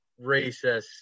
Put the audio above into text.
racists